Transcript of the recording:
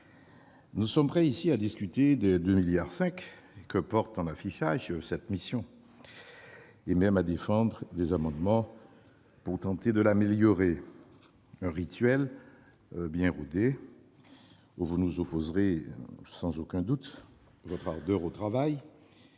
Nous sommes prêts ici à discuter des 2,5 milliards d'euros que porte en affichage cette mission et même à défendre des amendements pour tenter de l'améliorer. Le rituel est bien rodé ; vous nous opposerez sans aucun doute votre ardeur au travail